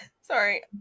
sorry